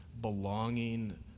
belonging